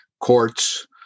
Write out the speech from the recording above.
courts